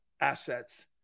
assets